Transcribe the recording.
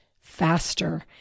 faster